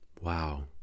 Wow